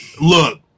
Look